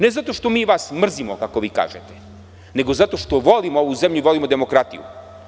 Ne zato što mi vas mrzimo, kako vi kažete, nego zato što volimo ovu zemlju i volimo demokratiju.